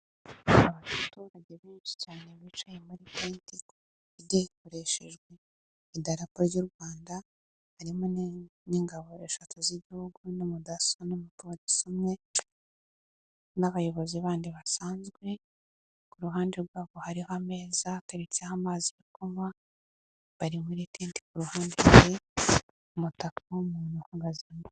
Abaturage benshi cyane, bicaye muri tente ikoreshejwe idarapo ry'u Rwanda, harimo n'ingabo eshatu z'Igihugu n'umudaso n' umupolisi umwe, n'abayobozi bandi basanzwe, ku ruhande rwabo hari ameza ateretseho amazi yo kunywa, bari mu itente, iruhande hari umutaka n'umuntu uhagaze.